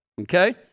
Okay